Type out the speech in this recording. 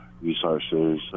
resources